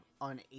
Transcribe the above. on